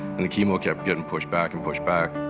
and the chemo kept getting pushed back and pushed back.